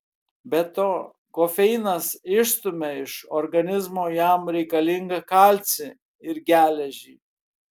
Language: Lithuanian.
be to kofeinas išstumia iš organizmo jam reikalingą kalcį ir geležį